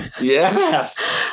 Yes